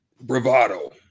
bravado